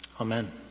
Amen